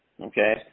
Okay